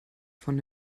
von